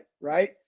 right